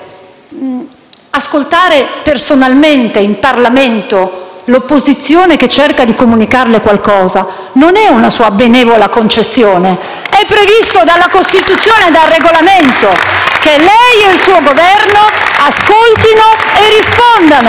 Ascoltare personalmente in Parlamento l'opposizione che cerca di comunicarle qualcosa non è una sua benevola concessione. È previsto dalla Costituzione e dal Regolamento che lei e il suo Governo ascoltino e rispondano.